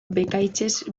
bekaitzez